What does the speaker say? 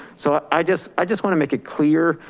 so i just i just wanna make it clear,